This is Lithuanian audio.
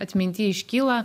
atminty iškyla